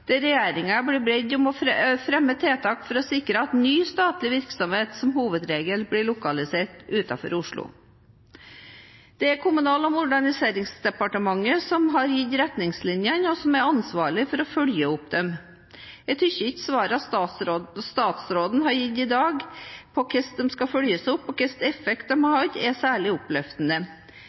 bedt om å fremme tiltak for å sikre at ny statlig virksomhet som hovedregel ble lokalisert utenfor Oslo. Det er Kommunal- og moderniseringsdepartementet som har gitt retningslinjene og er ansvarlig for å følge dem opp. Jeg synes ikke svarene statsråden har gitt i dag om hvordan de skal følges opp, og hvilken effekt de har hatt, er særlig oppløftende.